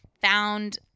found